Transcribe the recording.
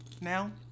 now